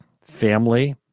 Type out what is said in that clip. family